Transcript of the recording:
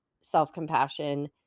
self-compassion